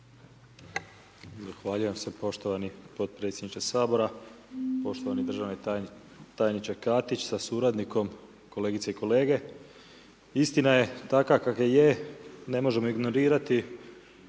Zahvaljujem se poštovani potpredsjedniče Sabora. Poštovani državni tajniče Katić sa suradnikom. Kolegice i kolege. Istina je takva kakva je, ne možemo ignorirati